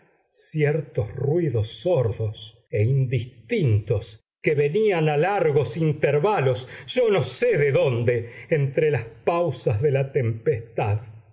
ciertos ruidos sordos e indistintos que venían a largos intervalos yo no sé de dónde entre las pausas de la tempestad